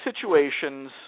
situations